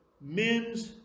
men's